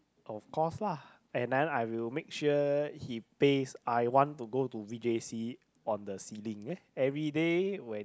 of course lah and then I will make sure he paste I want to go to v_j_c on the ceiling ya everyday when